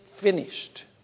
finished